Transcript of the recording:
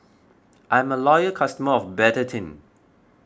I'm a loyal customer of Betadine